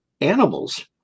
animals